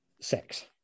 sex